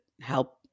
help